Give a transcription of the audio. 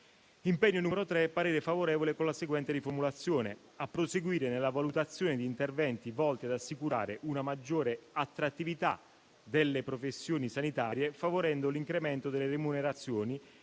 impegno il parere è favorevole, con la seguente riformulazione: «a proseguire nella valutazione di interventi volti ad assicurare una maggiore attrattività delle professioni sanitarie, favorendo l'incremento delle remunerazioni